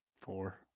Four